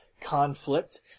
conflict